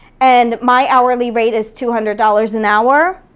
and my hourly rate is two hundred dollars an hour,